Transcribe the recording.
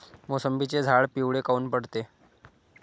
मोसंबीचे झाडं पिवळे काऊन पडते?